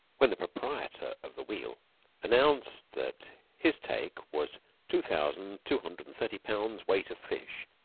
when the proprietor of the wheel announced that his take was two thousand two hundred and thirty pounds weight of fish,